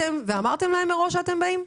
אמרתם להם מראש שאתם באים?